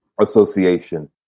association